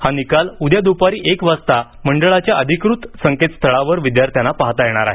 हा निकाल उद्या दूपारी एक वाजता मंडळाच्या अधिकृत संकेस्थळावर विद्यार्थ्यांना पाहता येणार आहे